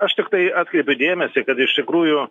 aš tiktai atkreipiu dėmesį kad iš tikrųjų